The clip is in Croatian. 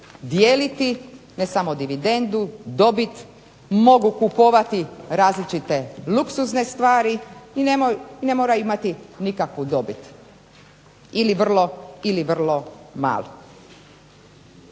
dijeliti ne samo dividendu, dobit, mogu kupovati različite luksuzne stvari i ne moraju imati nikakvu dobit ili vrlo malu.